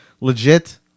Legit